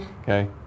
Okay